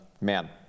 man